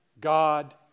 god